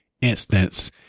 instance